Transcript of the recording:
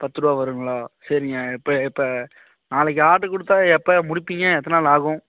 பத்து ரூபா வருங்களா சரிங்க இப்போ இப்போ நாளைக்கு ஆர்ட்ரு கொடுத்தா எப்போ முடிப்பீங்க எத்தனை நாள் ஆகும்